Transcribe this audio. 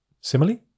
simile